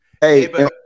Hey